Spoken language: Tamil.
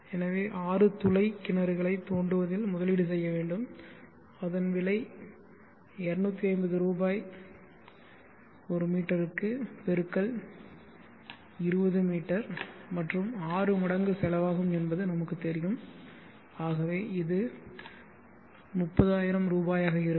எனவே 6 துளை கிணறுகளை தோண்டுவதில் முதலீடு செய்ய வேண்டும் அதன் விலை 250 ரூ m x 20 மீ மற்றும் 6 மடங்கு செலவாகும் என்பது நமக்கு தெரியும் ஆகவே இது 30000 ரூபாயாக இருக்கும்